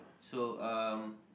so um